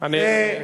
ראשונה, לא ייאמן.